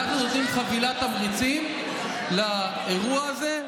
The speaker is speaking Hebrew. אנחנו מביאים חבילת תמריצים לאירוע הזה,